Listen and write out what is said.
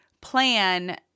plan